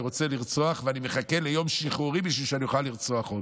רוצה לרצוח ואני מחכה ליום שחרורי בשביל שאוכל לרצוח עוד.